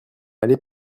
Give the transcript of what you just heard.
allés